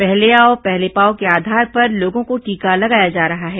पहले आओ पहले पाओ के आधार पर लोगों को टीका लगाया जा रहा है